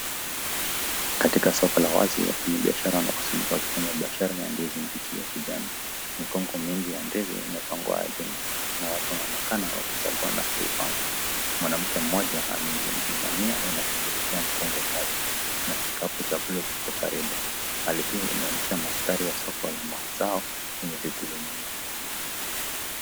Katika soko la wazi wafanyi biashara wamekusanyika wakifanya biashara ya ndizi mbichi ya kijani. Mikongwe mingi ya ndizi imepangwa ardhini na watu wanaonekana wakichangua na kupanga. Mwanamke mmoja amejiinamia anashughulikia mkongwe mmoja na kikapu cha buluu kiko karibu. Hali hii inaonyesha mandhari ya soko la mazao lenye shughuli nyingi.